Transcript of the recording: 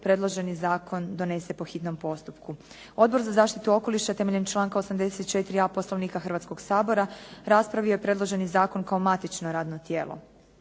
predloženi zakon donese po hitnom postupku. Odbor za zaštitu okoliša temeljem članka 84.a Poslovnika Hrvatskoga sabora raspravio je predloženi zakon kao matično radno tijelo.